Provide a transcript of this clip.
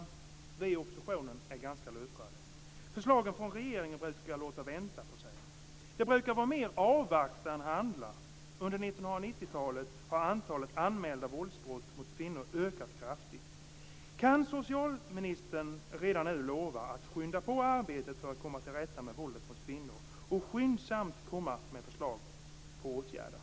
Vi i oppositionen är ganska luttrade. Förslagen från regeringen brukar låta vänta på sig. Det brukar vara mer av att avvakta än att handla. Under 1990-talet har antalet anmälda våldsbrott mot kvinnor ökat kraftigt. Kan socialministern redan nu lova att skynda på arbetet för att komma till rätta med våldet mot kvinnor och att skyndsamt komma med förslag till åtgärder?